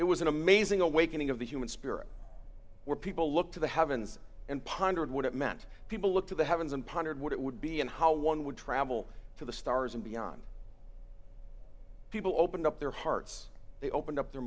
it was an amazing awakening of the human spirit where people looked to the heavens and pondered what it meant people look to the heavens and pondered what it would be and how one would travel to the stars and beyond people opened up their hearts they opened up their